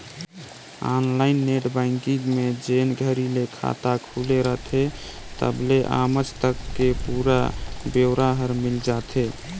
online net banking में जेन घरी ले खाता खुले रथे तबले आमज तक के पुरा ब्योरा हर मिल जाथे